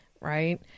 right